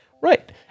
right